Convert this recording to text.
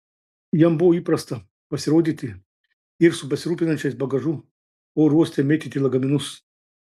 jam buvo įprasta pasirodyti ir su besirūpinančiais bagažu oro uoste mėtyti lagaminus